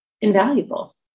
invaluable